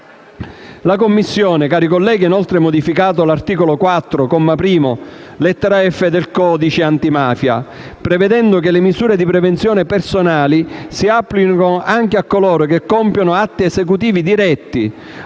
La Commissione ha inoltre modificato l'articolo 4, comma 1, lettera *f)*, del codice antimafia, prevedendo che le misure di prevenzione personali si applichino anche a coloro che compiono atti esecutivi (a